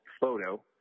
photo